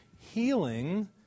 healing